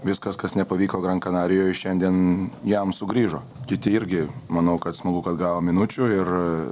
viskas kas nepavyko gran kanarijoj šiandien jam sugrįžo kiti irgi manau kad smagu kad gavo minučių ir